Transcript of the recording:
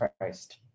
Christ